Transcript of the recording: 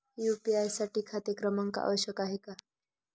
UPI साठी खाते क्रमांक आवश्यक आहे का?